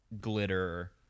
glitter